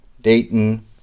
Dayton